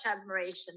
admiration